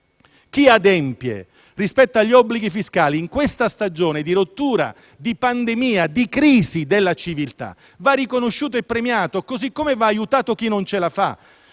chi adempie agli obblighi fiscali in questa stagione di rottura, di pandemia e di crisi della civiltà vada riconosciuto e premiato, così come va aiutato chi non ce la fa.